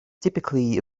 typically